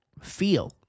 feel